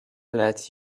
let